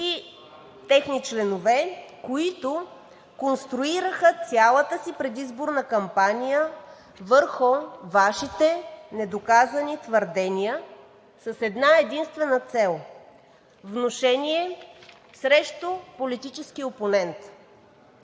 и техни членове, които конструираха цялата си предизборна кампания върху Вашите недоказани твърдения с една-единствена цел: внушение срещу политическия опонент.